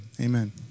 Amen